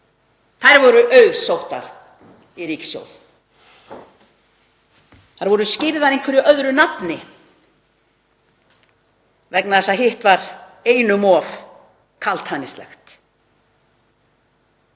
voru auðsóttar í ríkissjóð. Þær voru skírðar einhverju öðru nafni vegna þess að hitt var einum of kaldhæðnislegt.